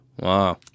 wow